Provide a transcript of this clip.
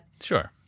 Sure